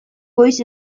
goiz